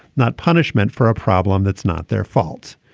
not punishment for a problem that's not their fault.